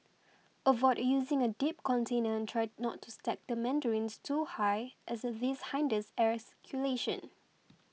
avoid using a deep container and try not to stack the mandarins too high as this hinders air circulation